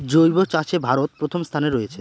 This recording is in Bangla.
জৈব চাষে ভারত প্রথম অবস্থানে রয়েছে